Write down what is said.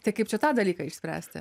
tai kaip čia tą dalyką išspręsti